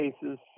cases